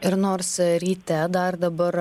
ir nors ee ryte dar dabar